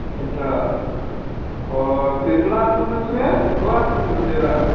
अच्छा और कितना आदमी है उसमें दो आदमी है लुटेरा